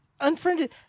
Unfriended